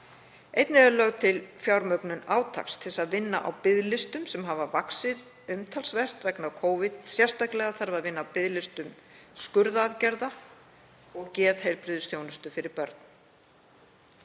Einnig er lögð til fjármögnun átaks til að vinna á biðlistum sem hafa vaxið umtalsvert vegna Covid. Sérstaklega þarf að vinna að biðlistum skurðaðgerða og geðheilbrigðisþjónustu við börn.